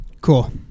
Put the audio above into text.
Cool